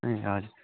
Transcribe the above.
ए हजुर